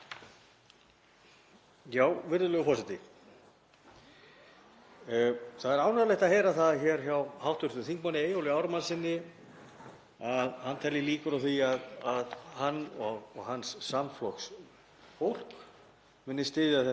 hann telji líkur á því að hann og hans samflokksfólk muni styðja þetta frumvarp og ég fagna því, enda er þetta mjög mikilvægt skref. Þetta er það sem hefur verið kallað eftir af hálfu íbúa í Grindavík,